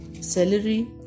celery